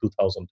2000